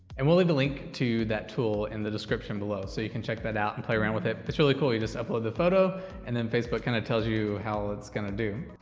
and we'll leave a link to that tool in the description below, so you can check that out, and play around with it. it's really cool you just upload the photo and then facebook and tells you how it's going to do.